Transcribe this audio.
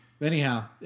Anyhow